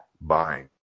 buying